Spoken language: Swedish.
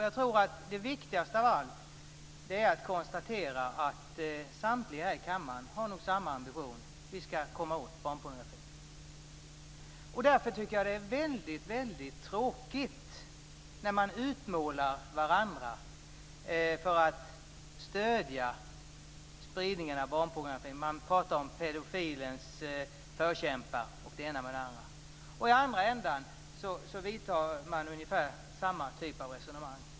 Jag tror att viktigast av allt är att det kan konstateras att nog samtliga i denna kammare har samma ambition, nämligen att vi skall komma åt barnpornografin. Därför tycker jag att det är mycket tråkigt när man utmålar varandra för att stödja spridningen av barnpornografi. Man talar om pedofilens förkämpar etc. I andra änden finns ungefär samma typ av resonemang.